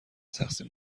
تقسیم